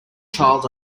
child